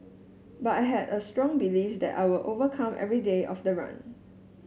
but I had a strong belief that I will overcome every day of the run